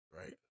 Right